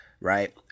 Right